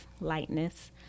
lightness